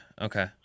Okay